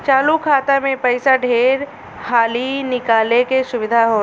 चालु खाता मे पइसा ढेर हाली निकाले के सुविधा होला